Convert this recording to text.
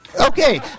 Okay